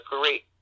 great